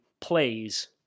plays